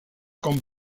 con